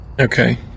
Okay